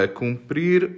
cumprir